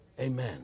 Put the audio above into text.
Amen